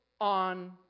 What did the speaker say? on